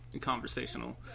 conversational